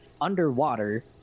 underwater